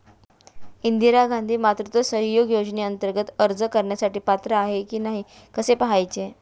इंदिरा गांधी मातृत्व सहयोग योजनेअंतर्गत अर्ज करण्यासाठी पात्र आहे की नाही हे कसे पाहायचे?